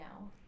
now